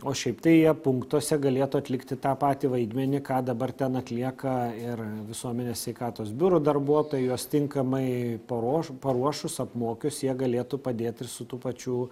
o šiaip tai jie punktuose galėtų atlikti tą patį vaidmenį ką dabar ten atlieka ir visuomenės sveikatos biuro darbuotojai juos tinkamai paruoš paruošus apmokius jie galėtų padėt ir su tų pačių